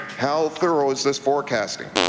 how thorough is this forecasting?